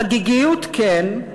חגיגיות כן,